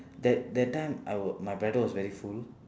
that that time I will my bladder was very full